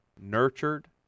nurtured